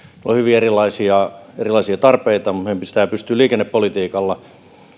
on hyvin erilaisia erilaisia tarpeita ja meidän pitää pystyä liikennepolitiikalla